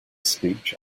speech